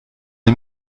ihm